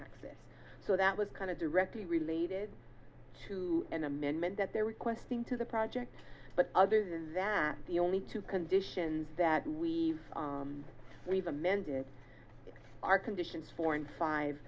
access so that was kind of directly related to an amendment that they're requesting to the project but other than that the only two conditions that we we've amended our conditions four and five